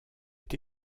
est